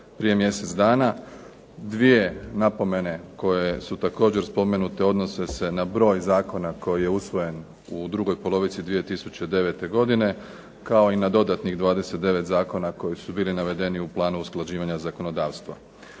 prije mjesec dana. Dvije napomene koje su također spomenute odnose se na broj zakona koji je usvojen u drugoj polovici 2009. kao i na dodatnih 29 zakona koji su bili navedeni u planu usklađivanja zakonodavstva